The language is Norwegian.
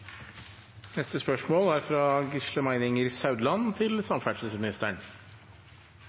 Neste spørsmål er fra representanten Seher Aydar til